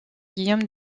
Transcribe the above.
guillaume